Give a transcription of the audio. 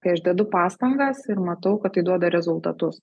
kai aš dedu pastangas ir matau kad tai duoda rezultatus